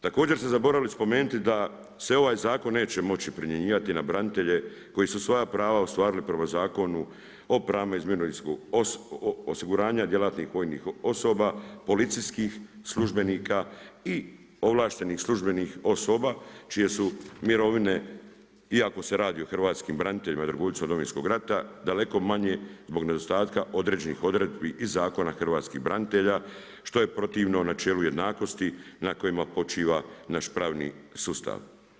Također ste zaboravili spomenuti da se ovaj zakon neće moći primjenjivati na branitelje koja su svoja prava ostvarili prema Zakonu o pravima iz mirovinskog osiguranja djelatnih vojnih osoba, policijskih službenika i ovlaštenih službenih osoba čije su mirovine iako se radi o hrvatskim braniteljima i dragovoljcima Domovinskog rata daleko manje zbog nedostatka određenih odredbi iz Zakona o hrvatskim braniteljima što je protivno načelu jednakosti na kojima počiva naš pravni sustav.